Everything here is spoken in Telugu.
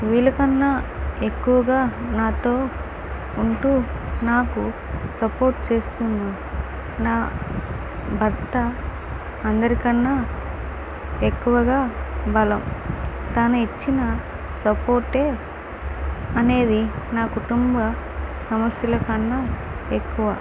వీళ్ళకన్నా ఎక్కువగా నాతో ఉంటూ నాకు సపోర్ట్ చేస్తున్న నా భర్త అందరికన్నా ఎక్కువగా బలం తను ఇచ్చిన సపోర్టే అనేది నా కుటుంబ సమస్యల కన్నా ఎక్కువ